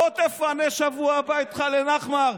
בוא תפנה בשבוע הבא את ח'אן אל-אחמר,